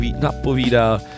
napovídá